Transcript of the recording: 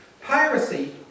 Piracy